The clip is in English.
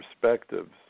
perspectives